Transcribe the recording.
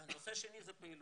הנושא השני זה פעילות.